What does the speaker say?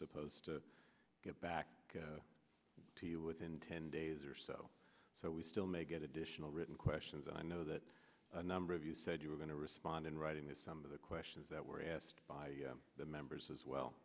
supposed to get back to you within ten days or so so we still may get additional written questions and i know that a number of you said you were going to respond in writing that some of the questions that were asked by the members as well